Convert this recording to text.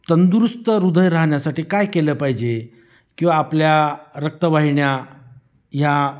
तंदुरुस्त हृदय राहण्यासाठी काय केलं पाहिजे किंवा आपल्या रक्तवाहिन्या ह्या